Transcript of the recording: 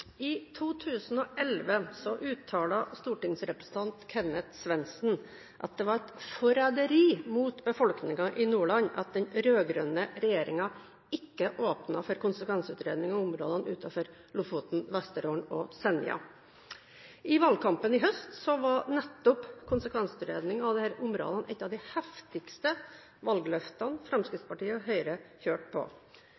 I 2011 uttalte stortingsrepresentant Kenneth Svendsen at det var et forræderi mot befolkningen i Nordland at den rød-grønne regjeringen ikke åpnet for konsekvensutredning av områdene utenfor Lofoten, Vesterålen og Senja. I valgkampen i høst var konsekvensutredning av disse områdene ett av de heftigste valgløftene